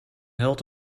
held